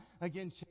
again